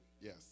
yes